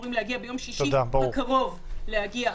אמורים להגיע ביום שישי הקרוב להגיע ארצה.